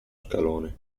scalone